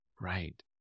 Right